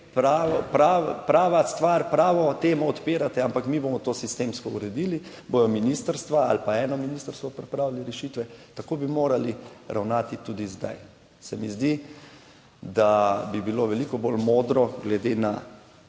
prava stvar, pravo temo odpirate, ampak mi bomo to sistemsko uredili, bodo ministrstva ali pa eno ministrstvo pripravili rešitve, tako bi morali ravnati tudi zdaj. Se mi zdi, da bi bilo veliko bolj modro glede na